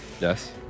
Yes